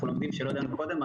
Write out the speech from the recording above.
אנחנו לומדים מה שלא ידענו קודם,